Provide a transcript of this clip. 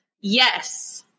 yes